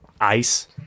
ice